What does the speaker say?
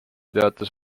teatas